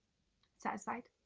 satisfied?